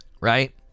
right